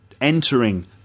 entering